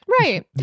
right